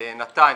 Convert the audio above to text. נתניה,